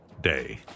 day